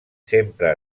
sempre